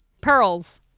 pearls